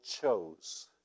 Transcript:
chose